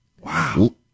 Wow